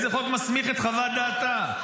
איזה חוק מסמיך את חוות דעתה?